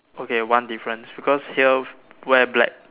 okay one difference because here wear black